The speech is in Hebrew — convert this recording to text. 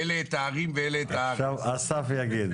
אסף,